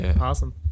Awesome